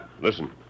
Listen